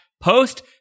post